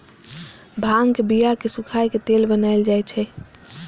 भांगक बिया कें सुखाए के तेल बनाएल जाइ छै